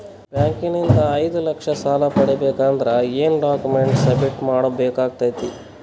Bank ನಿಂದ ಐದು ಲಕ್ಷ ಸಾಲ ಪಡಿಬೇಕು ಅಂದ್ರ ಏನ ಡಾಕ್ಯುಮೆಂಟ್ ಸಬ್ಮಿಟ್ ಮಾಡ ಬೇಕಾಗತೈತಿ?